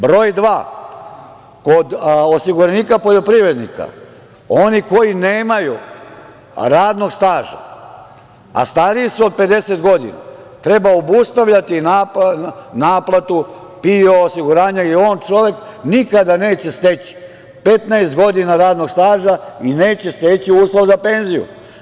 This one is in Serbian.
Broj 2, kod osiguranika poljoprivrednika oni koji nemaju radnog staža, a stariji su od 50 godina, treba obustavljati naplatu PIO osiguranja jer on čovek nikada neće steći 15 godina radnog staža i neće steći uslov za penziju.